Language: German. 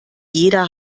jeder